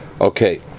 Okay